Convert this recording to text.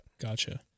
gotcha